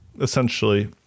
essentially